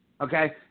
okay